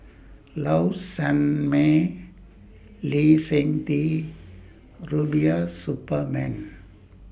Low Sanmay Lee Seng Tee Rubiah Suparman